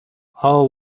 all